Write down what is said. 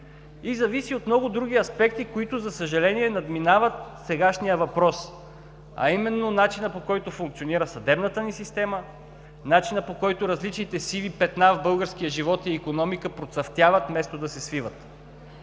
и зависи от много други аспекти, които, за съжаление, надминават сегашния въпрос, а именно начина, по който функционира съдебната ни система, начина по който различните сиви петна в българския живот и икономика процъфтяват, вместо да се свиват.